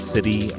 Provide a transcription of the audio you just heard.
City